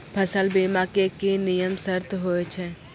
फसल बीमा के की नियम सर्त होय छै?